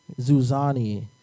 Zuzani